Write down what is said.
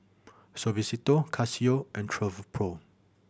Suavecito Casio and Travelpro